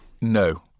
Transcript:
No